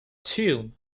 two